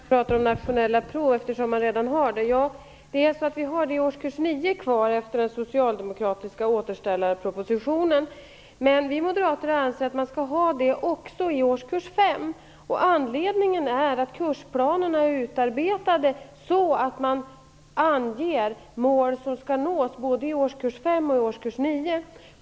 Herr talman! Gunnar Goude säger att han inte förstår varför jag pratar om nationella prov eftersom det redan finns. Vi har det kvar i årskurs 9 efter den socialdemokratiska återställarpropositionen. Men vi moderater anser att man skall ha det också i årskurs 5. Anledningen är att kursplanerna är utarbetade så att man anger mål som skall nås både i årskurs 5 och årskurs 9.